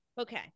Okay